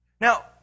Now